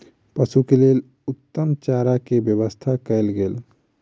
पशु के लेल उत्तम चारा के व्यवस्था कयल गेल